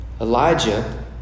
Elijah